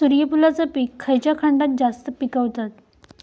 सूर्यफूलाचा पीक खयच्या खंडात जास्त पिकवतत?